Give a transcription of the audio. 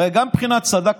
הרי גם מבחינת סד"כ,